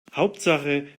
hauptsache